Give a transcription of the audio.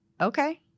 Okay